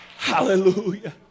Hallelujah